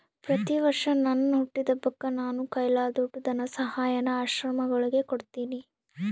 ಪ್ರತಿವರ್ಷ ನನ್ ಹುಟ್ಟಿದಬ್ಬಕ್ಕ ನಾನು ಕೈಲಾದೋಟು ಧನಸಹಾಯಾನ ಆಶ್ರಮಗುಳಿಗೆ ಕೊಡ್ತೀನಿ